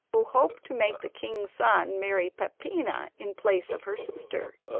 who hoped to make the king's son marry peppina in place of her sister,